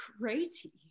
crazy